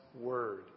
Word